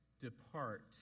Depart